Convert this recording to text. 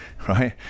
Right